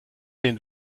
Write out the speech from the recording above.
den